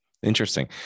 Interesting